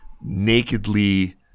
nakedly